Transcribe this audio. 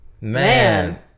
man